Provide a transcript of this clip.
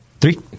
three